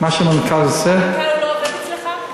מה שמנכ"ל עושה, המנכ"ל, הוא לא עובד אצלך?